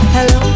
Hello